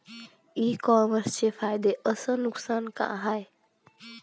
इ कामर्सचे फायदे अस नुकसान का हाये